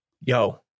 yo